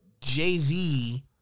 Jay-Z